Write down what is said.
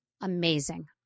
amazing